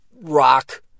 rock